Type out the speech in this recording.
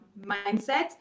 mindset